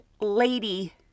lady